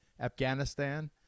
Afghanistan